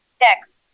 Next